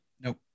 Nope